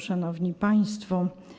Szanowni Państwo!